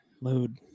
load